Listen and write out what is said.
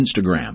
Instagram